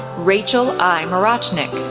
rachel i. morochnik,